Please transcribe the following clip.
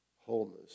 wholeness